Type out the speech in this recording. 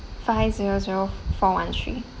five zero zero four one three